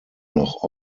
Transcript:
noch